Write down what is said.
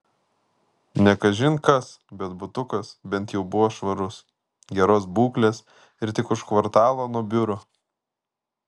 ne kažin kas bet butukas bent jau buvo švarus geros būklės ir tik už kvartalo nuo biuro